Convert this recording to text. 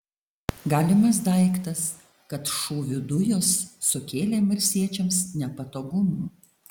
galimas daiktas kad šūvių dujos sukėlė marsiečiams nepatogumų